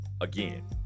Again